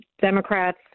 Democrats